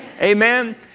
Amen